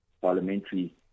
Parliamentary